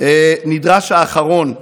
נדרש האחרון,